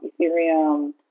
Ethereum